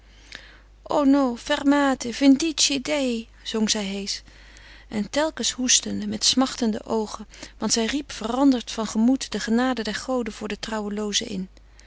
no fermate vindici dei zong zij heesch en telkens hoestende met smachtende oogen want zij riep veranderd van gemoed de genade der goden voor den trouwelooze in